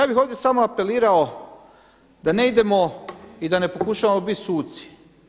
Ja bih ovdje samo apelirao da ne idemo i da ne pokušavamo bit suci.